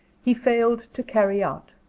he failed to carry out.